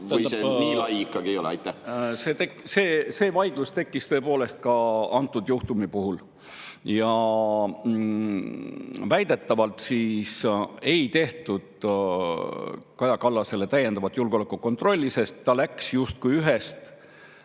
või see nii lai ikkagi ei ole? See vaidlus tekkis tõepoolest ka antud juhtumi puhul. Väidetavalt ei tehtud Kaja Kallasele täiendavat julgeolekukontrolli, sest ta läks justkui ühest